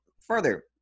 further